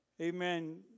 Amen